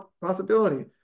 possibility